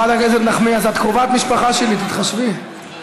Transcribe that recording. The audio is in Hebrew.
תפסיקו לריב.